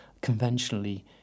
conventionally